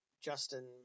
Justin